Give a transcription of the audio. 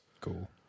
Cool